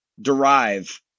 derive